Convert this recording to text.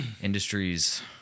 Industries